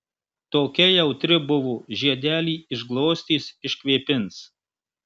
tokia jautri buvo žiedelį išglostys iškvėpins